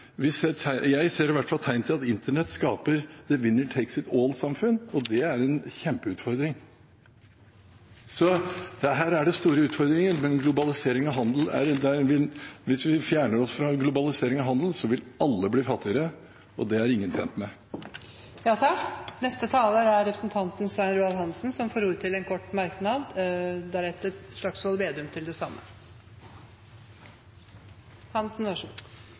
Jeg ser i hvert fall tegn til at internett skaper et «the-winner-takes-it-all»-samfunn, og det er en kjempeutfordring. Det er store utfordringer, men hvis vi fjerner oss fra globalisering og handel, vil alle bli fattigere, og det er ingen tjent med. Representanten Svein Roald Hansen har hatt ordet to ganger tidligere og får ordet til en kort merknad, begrenset til 1 minutt. Jeg skal betro Trygve Slagsvold Vedum